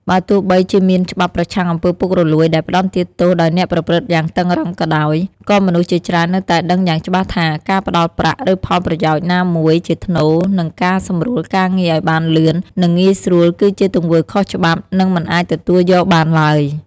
បើទោះបីជាមានច្បាប់ប្រឆាំងអំពើពុករលួយដែលផ្ដន្ទាទោសដល់អ្នកប្រព្រឹត្តយ៉ាងតឹងរ៉ឹងក៏ដោយ ក៏មនុស្សជាច្រើននៅតែដឹងយ៉ាងច្បាស់ថា ការផ្ដល់ប្រាក់ ឬផលប្រយោជន៍ណាមួយជាថ្នូរនឹងការសម្រួលការងារឲ្យបានលឿន និងងាយស្រួល គឺជាទង្វើខុសច្បាប់ និងមិនអាចទទួលយកបានឡើយ។